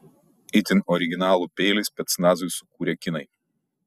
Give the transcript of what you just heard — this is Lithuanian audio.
itin originalų peilį specnazui sukūrė kinai